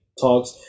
talks